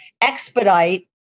expedite